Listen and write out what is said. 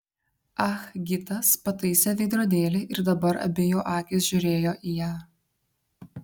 ah gitas pataisė veidrodėlį ir dabar abi jo akys žiūrėjo į ją